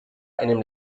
einem